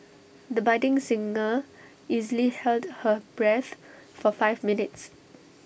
the budding singer easily held her breath for five minutes